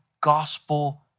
gospel